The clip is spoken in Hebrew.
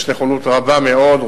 יש נכונות רבה מאוד,